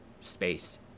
space